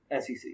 SEC